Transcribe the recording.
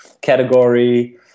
category